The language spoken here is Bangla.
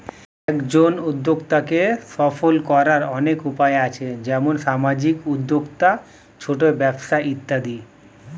একজন উদ্যোক্তাকে সফল করার অনেক উপায় আছে, যেমন সামাজিক উদ্যোক্তা, ছোট ব্যবসা ইত্যাদি